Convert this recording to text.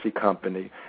company